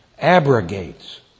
abrogates